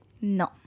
No